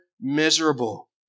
miserable